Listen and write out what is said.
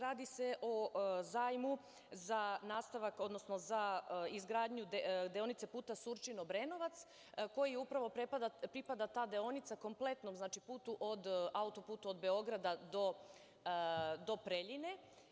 Radi se o zajmu za nastavak, odnosno za izgradnju deonice puta Surčin-Obrenovac, koji upravo pripada ta deonica, kompletnom putu, od autoputa od Beograda do Preljine.